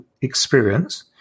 experience